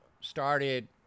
started